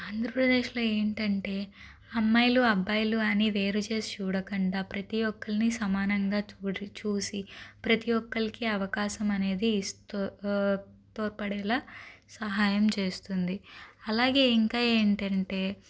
ఆంధ్రప్రదేశ్లో ఏమిటంటే అమ్మాయిలు అబ్బాయిలు అనే వేరు చేసి చూడకుండా ప్రతి ఒక్కరిని సమానంగా చూడి చూసి ప్రతి ఒక్కరికి అవకాశం అనేది ఇస్తూ తోడ్పడేలా సహాయం చేస్తుంది అలాగే ఇంకా ఏమిటంటే